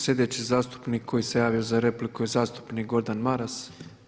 Sljedeći zastupnik koji se javio za repliku je zastupnik Gordan Maras.